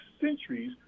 centuries